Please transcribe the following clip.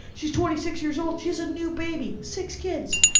she's twenty six years old, she has a new baby. six kids.